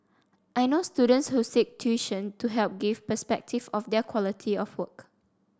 I know students who seek tuition to help give perspective of their quality of work